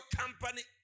company